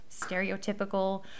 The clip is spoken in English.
stereotypical